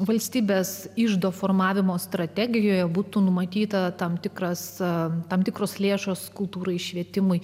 valstybės iždo formavimo strategijoje būtų numatyta tam tikra sam tam tikros lėšos kultūrai švietimui